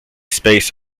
space